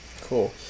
Cool